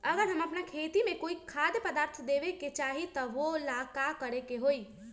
अगर हम अपना खेती में कोइ खाद्य पदार्थ देबे के चाही त वो ला का करे के होई?